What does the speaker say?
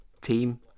team